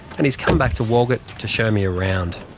and he's come back to walgett to show me around.